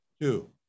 Two